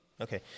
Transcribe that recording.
okay